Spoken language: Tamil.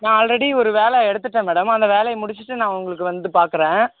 நான் அல்ரெடி ஒரு வேலை எடுத்துவிட்டேன் மேடம் அந்த வேலையை முடிச்சிட்டு நான் உங்களுக்கு வந்து பார்க்குறேன்